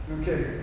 Okay